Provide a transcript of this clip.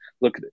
look